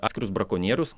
atskirus brakonierius